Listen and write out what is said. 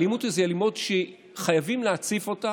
האלימות הזאת היא אלימות שחייבים להציף אותה,